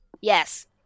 yes